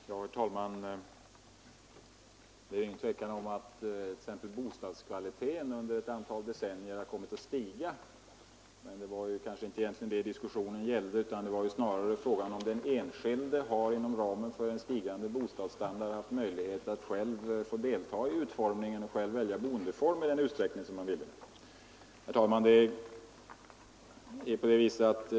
Herr talman! Det råder ingen tvekan om att t.ex. bostadskvaliteten under ett antal decennier har kommit att stiga, men det var egentligen inte det diskussionen gällde utan det var väl snarare fråga om huruvida den enskilde inom ramen för den stigande bostadsstandarden har haft möjlighet att själv få delta i utformningen av boendemiljön och välja boendeform i den utsträckning han ville. Herr talman!